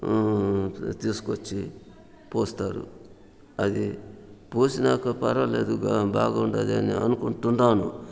తీసుకొచ్చి పూస్తారు అది పూసినాక పర్వాలేదుగా బాగుంది అని అనుకుంటుండాను